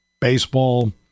baseball